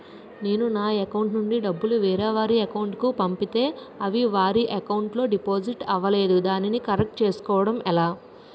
నేను నా అకౌంట్ నుండి డబ్బు వేరే వారి అకౌంట్ కు పంపితే అవి వారి అకౌంట్ లొ డిపాజిట్ అవలేదు దానిని కరెక్ట్ చేసుకోవడం ఎలా?